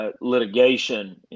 litigation